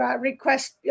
request